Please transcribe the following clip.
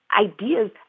ideas